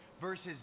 versus